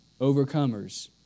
overcomers